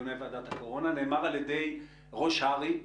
בדיוני ועדת הקורונה נאמר על ידי ראש הר"י,